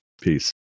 Peace